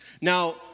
Now